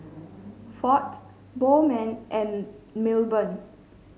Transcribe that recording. Ford Bowman and Milburn